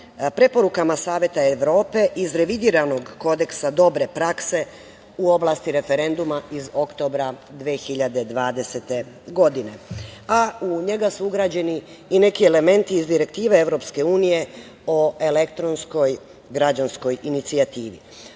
preporukama Saveta Evrope iz revidiranog kodeksa dobre prakse u oblasti referenduma, iz oktobra 2020. godine. U njega su ugrađeni i neki elementi i direktive EU o elektronskoj građanskoj inicijativi. Ovo